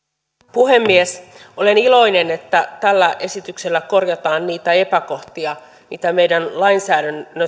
puhemies olen iloinen että tällä esityksellä korjataan niitä epäkohtia mitä meidän